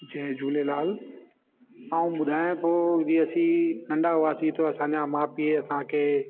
जय झूलेलाल आऊं ॿुधायां थो के असीं नंढा हुआसीं त असांजा माउ पीउ असांखे